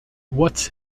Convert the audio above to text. what’s